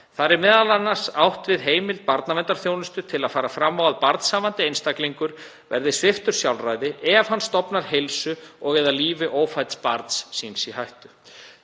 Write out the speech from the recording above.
Þar er m.a. átt við heimild barnaverndarþjónustu til að fara fram á að barnshafandi einstaklingur verði sviptur sjálfræði ef hann stofnar heilsu og/eða lífi ófædds barns síns í hættu.